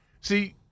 See